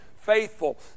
faithful